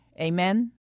Amen